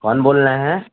कौन बोल रहे हैं